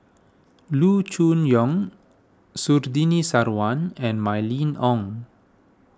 Loo Choon Yong Surtini Sarwan and Mylene Ong